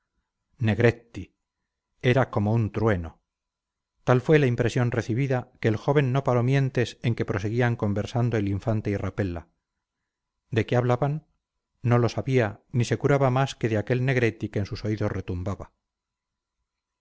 negretti era como un trueno tal fue la impresión recibida que el joven no paró mientes en que proseguían conversando el infante y rapella de qué hablaban no lo sabía ni se curaba más que de aquel negretti que en sus oídos retumbaba